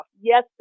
Yes